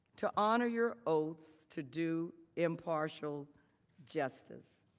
to honor your oath to do impartial justice.